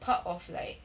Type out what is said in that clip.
part of like